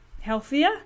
healthier